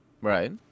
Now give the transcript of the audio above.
right